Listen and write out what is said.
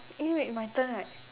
eh wait my turn right